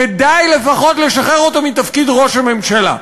כדאי לפחות לשחרר אותו מתפקיד ראש הממשלה.